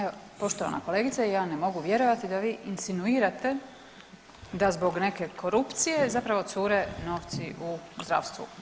Evo, poštovana kolegice ja ne mogu vjerovati da vi insinuirate da zbog neke korupcije zapravo cure novci u zdravstvu.